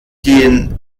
den